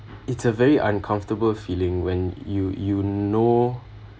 it's a very uncomfortable feeling when you you know